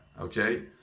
okay